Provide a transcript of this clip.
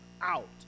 out